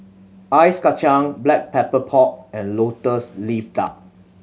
ice kacang Black Pepper Pork and Lotus Leaf Duck